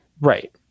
right